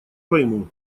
пойму